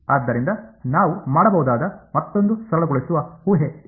ಆದ್ದರಿಂದ ನಾವು ಮಾಡಬಹುದಾದ ಮತ್ತೊಂದು ಸರಳಗೊಳಿಸುವ ಊಹೆ ಏನು